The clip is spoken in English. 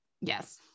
Yes